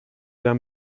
der